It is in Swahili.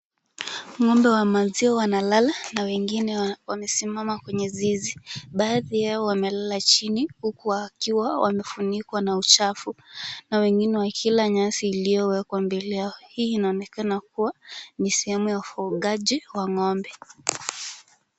Ng'ombe wa maziwa wanalala na wengine wamesimama kwenye zizi. Baadhi yao wamelala chini huku wakiwa wamefunikwa na uchafu na wengine wakila nyasi iliyowekwa mbele yao. Hii inaonekana kuwa ni sehemu ya ufugaji wa ng'ombe.